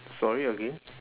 sorry again